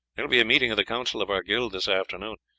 there will be a meeting of the council of our guild this afternoon,